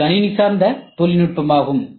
C கணினி சார்ந்த தொழில்நுட்பமாகும்